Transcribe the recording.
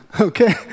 okay